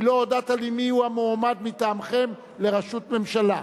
כי לא הודעת לי מיהו המועמד מטעמכם לראשות הממשלה.